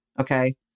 Okay